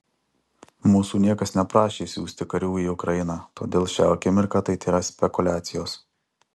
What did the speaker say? mūsų niekas neprašė siųsti karių į ukrainą todėl šią akimirką tai tėra spekuliacijos